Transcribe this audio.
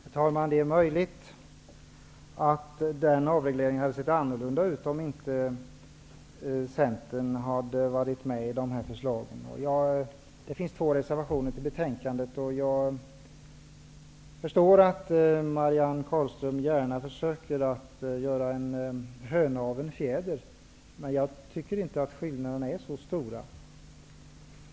Herr talman! Det är möjligt att förslagen till avregleringen hade sett annorlunda ut om inte Centern hade varit med i arbetet med att utforma förslagen. Det finns två reservationer fogade till betänkandet. Jag förstår att Marianne Carlström gärna försöker att göra en höna av en fjäder. Men jag tycker inte att skillnaderna är så stora.